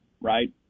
right